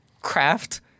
craft